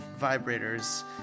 vibrators